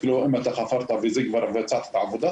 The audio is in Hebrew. אם חפרת וכבר ביצעת עבודה,